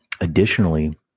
Additionally